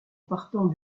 partant